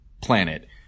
planet